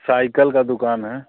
cycle की दुकान है